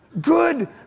Good